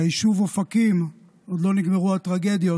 ביישוב אופקים עוד לא נגמרו הטרגדיות,